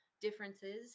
differences